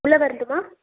உள்ளே வரட்டுமா